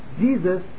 Jesus